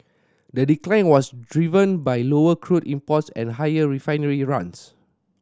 the decline was driven by lower crude imports and higher refinery runs